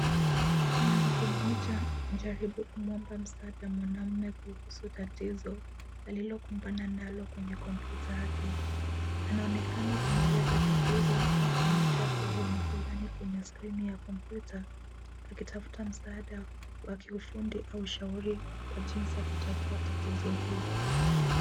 Mwanamke mmoja anajaribu kumuoba msaada mwanamume kuhusu tatizo alilokumbana nalo kwenye komputa yake ,anaonekana kumueleza tatizo au kuonyesha sehemu fulani kwenye skrini ya komputa akitafuta msaada wa kiufundi au ushauri kwa jinsi ya kutatuwa tatizo hilo.